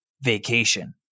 vacation